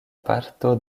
parto